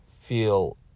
feel